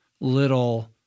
little